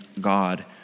god